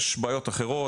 יש בעיות אחרות,